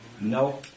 No